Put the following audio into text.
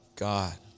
God